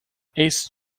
ace